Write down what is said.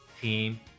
team